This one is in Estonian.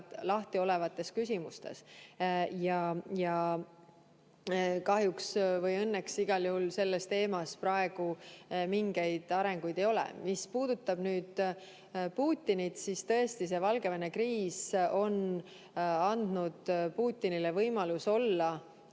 lahti olevates küsimustes. Kahjuks või õnneks selles teemas praegu mingeid arenguid ei ole. Mis puudutab nüüd Putinit, siis tõesti, see Valgevene kriis on andnud Putinile võimaluse